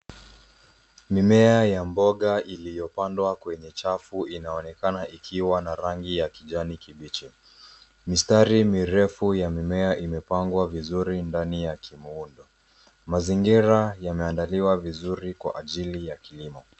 Mimea ya mboga iliyopandwa kwenye chafu inaonekana ikiwa na rangi ya kijani kibichi. Mistari mirefu ya mimea imepangwa vizuri ndani ya kimuundo. Mazingira yameandaliwa vizuri kwa ajili ya kilimo.